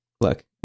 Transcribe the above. look